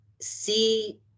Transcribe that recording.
see